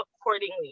accordingly